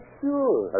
sure